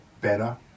better